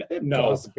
No